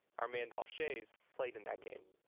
our man dolph schayes played in that game